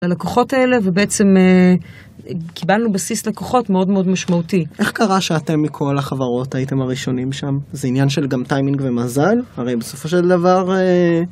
הלקוחות האלה, ובעצם קיבלנו בסיס לקוחות מאוד מאוד משמעותי. -איך קרה שאתם מכל החברות הייתם הראשונים שם, זה עניין של גם טיימינג ומזל? הרי בסופו של דבר.